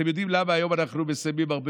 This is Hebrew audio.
אתם יודעים למה היום אנחנו מסיימים הרבה